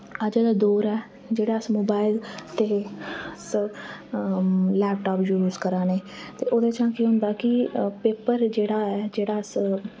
अज्जा दा दौर औ जेह्ड़ा अस मोबाईल ते लैपटॉप यूज करा ने ते ओह्दे च केह् होंदा कि पेपर जेह्ड़ा ऐ जेह्ड़ा अस